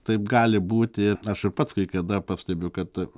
taip gali būti aš pats kai kada pastebiu kad